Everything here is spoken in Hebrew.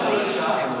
למה לא אישה?